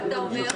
מה אתה אומר?